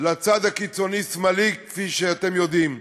לצד השמאלי הקיצוני, כפי שאתם יודעים.